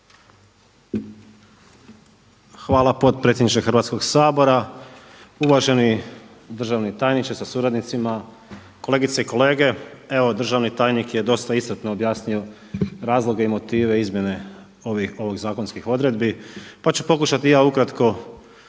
Hvala potpredsjedniče Hrvatskog sabora. Uvaženi državni tajniče sa suradnicima, kolegice i kolege. Evo državni tajnik je dosta iscrpno objasnio razloge i motive izmjene ovih zakonskih odredbi pa ću pokušati i ja ukratko